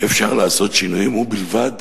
אפשר לעשות שינויים, ובלבד